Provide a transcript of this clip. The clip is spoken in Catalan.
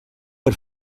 per